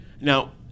Now